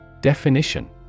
Definition